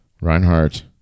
Reinhardt